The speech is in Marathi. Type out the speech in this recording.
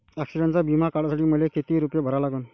ॲक्सिडंटचा बिमा काढा साठी मले किती रूपे भरा लागन?